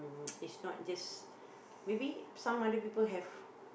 is not just maybe some other people have